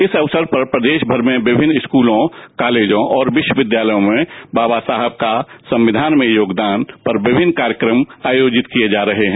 इस अवसर पर प्रदेश भर में विभिन्न स्कूलों कालेजों और विश्वविद्यालयों में बाबा साहब का संविधान में योगदान पर विभिन्न कार्यक्रम आयोजित किए जा रहे हैं